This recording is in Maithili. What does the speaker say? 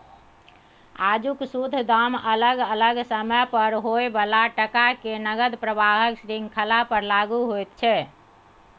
आजुक शुद्ध दाम अलग अलग समय पर होइ बला टका के नकद प्रवाहक श्रृंखला पर लागु होइत छै